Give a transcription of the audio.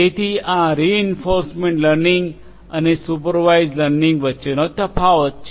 તેથી આ reinforcement learning અને અનસુપરવાઇઝડ લર્નિંગ વચ્ચેનો તફાવત છે